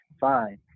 fine